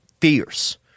fierce